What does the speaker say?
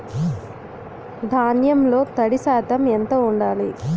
ధాన్యంలో తడి శాతం ఎంత ఉండాలి?